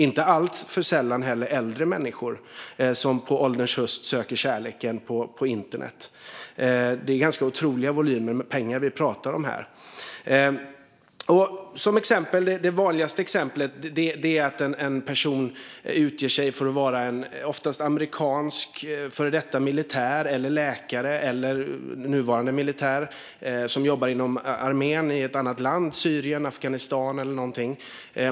Inte alltför sällan är det äldre människor som på ålderns höst söker kärleken på internet. Det är ganska otroliga volymer pengar som vi pratar om här. Det vanligaste exemplet är att en person utger sig för att vara en amerikansk före detta militär eller läkare eller en nuvarande militär som jobbar inom armén i ett annat land - Syrien, Afghanistan eller något annat.